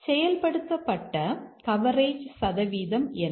செயல்படுத்தப்பட்ட கவரேஜ் சதவீதம் என்ன